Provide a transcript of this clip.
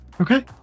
Okay